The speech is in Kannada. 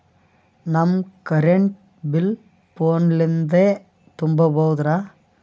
ನಮ್ ಕರೆಂಟ್ ಬಿಲ್ ಫೋನ ಲಿಂದೇ ತುಂಬೌದ್ರಾ?